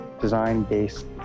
design-based